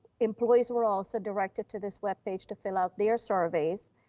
employees were also directed to this webpage to fill out their surveys,